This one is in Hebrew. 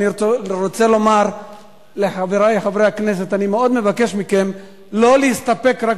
אני רוצה לומר לחברי חברי הכנסת: אני מאוד מבקש מכם לא להסתפק רק